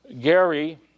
Gary